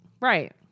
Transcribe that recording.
Right